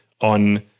on